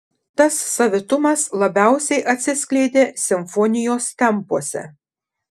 tas savitumas labiausiai atsiskleidė simfonijos tempuose